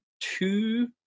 two